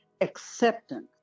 Acceptance